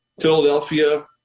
Philadelphia